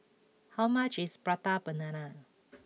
how much is Prata Banana